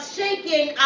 shaking